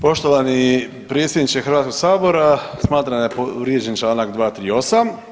Poštovani potpredsjedniče Hrvatskoga sabora, smatram da je povrijeđen članak 238.